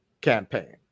campaign